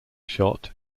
shot